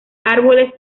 árboles